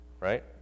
right